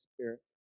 Spirit